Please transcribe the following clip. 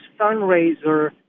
fundraiser